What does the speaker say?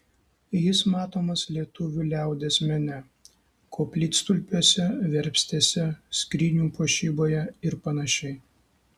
jis matomas lietuvių liaudies mene koplytstulpiuose verpstėse skrynių puošyboje ir panašiai